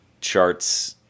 charts